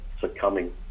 succumbing